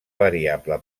variable